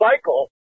cycle